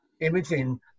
imaging